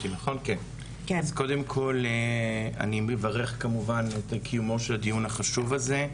אני מברך כמובן את קיומו של הדיון החשוב הזה,